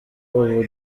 ubu